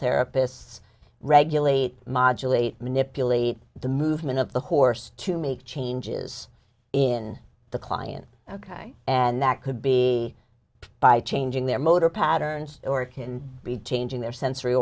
therapists regulate modulating manipulate the movement of the horse to make changes in the client ok and that could be by changing their motor patterns or it can be changing their sensory